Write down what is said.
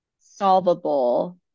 solvable